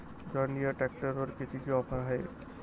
John Deere ट्रॅक्टरवर कितीची offer हाये?